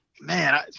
man